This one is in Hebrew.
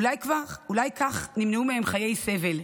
אולי כך נמנעו מהם חיי סבל?